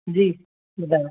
जी ॿुधायो